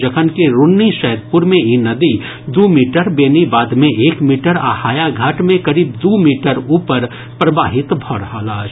जखनकि रून्नीसैदपुर मे ई नदी दू मीटर बेनीबाद मे एक मीटर आ हायाघाट मे करीब दू मीटर ऊपर प्रवाहित भऽ रहल अछि